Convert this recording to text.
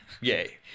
Yay